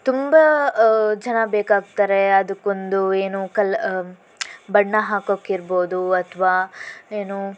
ತುಂಬ ಜನ ಬೇಕಾಗ್ತಾರೆ ಅದಕ್ಕೊಂದು ಏನು ಕಲ್ಲು ಬಣ್ಣ ಹಾಕೋಕ್ಕೆ ಇರ್ಬೋದು ಅಥವಾ ಏನು